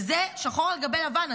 וזה שחור על גבי לבן.